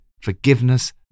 forgiveness